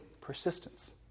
Persistence